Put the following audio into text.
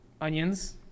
onions